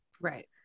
right